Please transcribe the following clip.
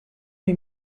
may